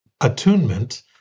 attunement